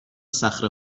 صخره